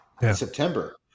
September